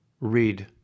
read